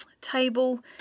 table